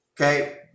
okay